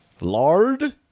lard